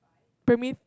primary